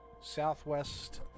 Southwest